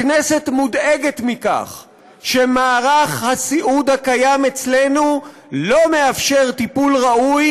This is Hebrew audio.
הכנסת מודאגת מכך שמערך הסיעוד הקיים אצלנו לא מאפשר טיפול ראוי,